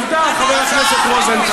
עובדה, חבר הכנסת רוזנטל.